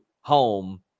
home